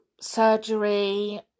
surgery